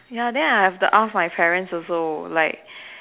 ya then I'll have to ask my parents also like